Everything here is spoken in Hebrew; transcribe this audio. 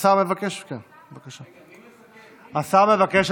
השר מבקש?